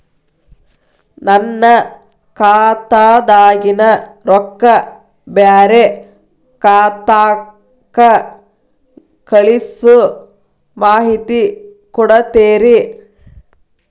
ನನ್ನ ಖಾತಾದಾಗಿನ ರೊಕ್ಕ ಬ್ಯಾರೆ ಖಾತಾಕ್ಕ ಕಳಿಸು ಮಾಹಿತಿ ಕೊಡತೇರಿ?